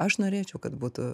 aš norėčiau kad būtų